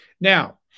Now